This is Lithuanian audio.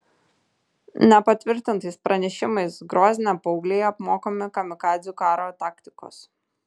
nepatvirtintais pranešimais grozne paaugliai apmokomi kamikadzių karo taktikos